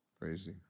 Crazy